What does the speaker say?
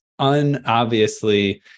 unobviously